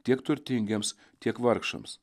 tiek turtingiems tiek vargšams